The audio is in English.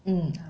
mm